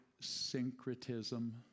syncretism